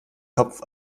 kopf